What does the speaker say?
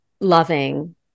loving